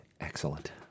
excellent